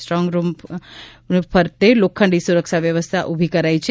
strong room ફરતે લોખંડી સુરક્ષા વ્યવસ્થા ઊભી કરાઈ છે